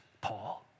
Paul